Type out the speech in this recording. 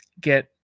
get